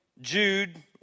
Jude